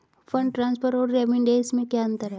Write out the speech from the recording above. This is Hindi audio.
फंड ट्रांसफर और रेमिटेंस में क्या अंतर है?